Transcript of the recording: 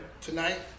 Tonight